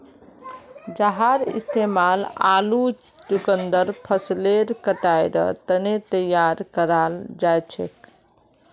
जहार इस्तेमाल आलू चुकंदर फसलेर कटाईर तने तैयार कराल जाछेक